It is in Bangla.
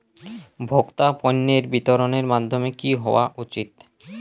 ভোক্তা পণ্যের বিতরণের মাধ্যম কী হওয়া উচিৎ?